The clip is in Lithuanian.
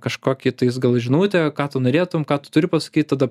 kažkokį tais gal žinutę ką tu norėtum kad tu turi pasakyt tada